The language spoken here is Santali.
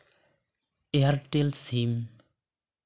ᱮᱭᱟᱨᱴᱮᱞ ᱥᱤᱢ